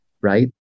right